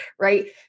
right